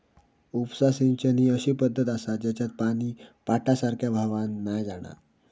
उपसा सिंचन ही अशी पद्धत आसा जेच्यात पानी पाटासारख्या व्हावान नाय जाणा